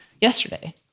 yesterday